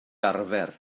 arfer